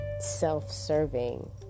self-serving